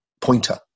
pointer